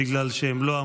בגלל שהם לא מאוד